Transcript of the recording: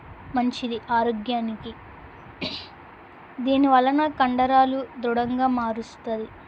మంచిది ఆరోగ్యానికి దీనివలన కండరాలు దృఢంగా మారుస్తుంది